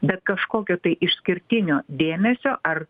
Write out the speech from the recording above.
bet kažkokio tai išskirtinio dėmesio ar